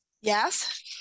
Yes